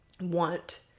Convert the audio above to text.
want